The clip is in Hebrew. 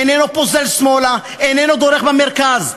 אינו פוזל שמאלה ואינו דורך במרכז,